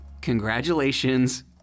Congratulations